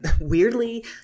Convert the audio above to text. weirdly